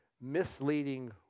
misleading